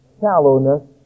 shallowness